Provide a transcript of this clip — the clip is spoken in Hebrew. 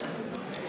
התוצאות הן 44 בעד,